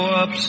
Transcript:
up